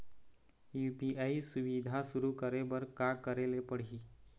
UPI सुविधा शुरू करे बर का करे ले पड़ही?